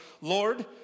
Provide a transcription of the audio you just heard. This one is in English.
Lord